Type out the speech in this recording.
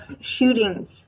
shootings